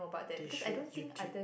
they should YouTube